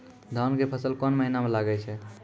धान के फसल कोन महिना म लागे छै?